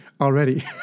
already